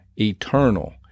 eternal